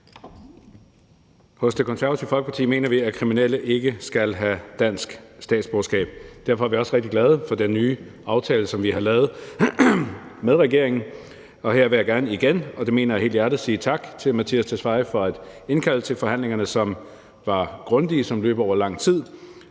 I Det Konservative Folkeparti mener vi, at kriminelle ikke skal have dansk statsborgerskab. Derfor er vi også rigtig glade for den nye aftale, som vi har lavet med regeringen, og her vil jeg gerne igen – og det mener jeg helhjertet – sige tak til udlændinge- og integrationsministeren for at indkalde til forhandlingerne, som var grundige og løb over lang tid,